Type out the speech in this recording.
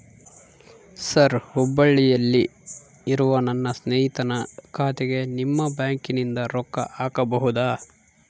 Sir ಹುಬ್ಬಳ್ಳಿಯಲ್ಲಿ ಇರುವ ನನ್ನ ಸ್ನೇಹಿತನ ಖಾತೆಗೆ ನಿಮ್ಮ ಬ್ಯಾಂಕಿನಿಂದ ರೊಕ್ಕ ಹಾಕಬಹುದಾ?